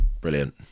brilliant